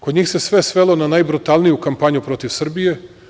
Kod njih se sve svelo na najbrutalniju kampanju protiv Srbije.